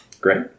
Great